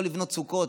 לא לבנות סוכות,